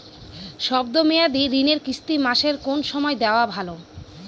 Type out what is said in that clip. শব্দ মেয়াদি ঋণের কিস্তি মাসের কোন সময় দেওয়া ভালো?